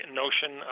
notion